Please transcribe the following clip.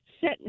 set